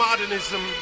Modernism